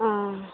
ᱚᱻ